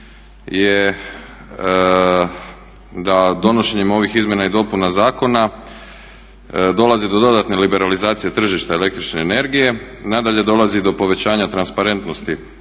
je da donošenjem ovih izmjena i dopuna zakona dolazi do dodatne liberalizacije tržišta električne energije, nadalje dolazi do povećanja transparentnosti